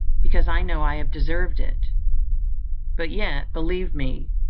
because i know i have deserved it but yet, believe me,